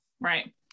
right